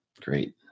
Great